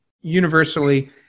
universally